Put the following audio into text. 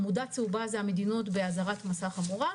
בעמודה הצהובה מדינות באזהרת מסע חמורה,